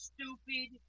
Stupid